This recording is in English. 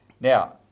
Now